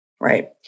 right